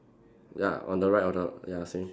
ya on the of the ya same